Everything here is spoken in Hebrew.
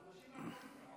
בחודשים האחרונים.